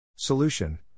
Solution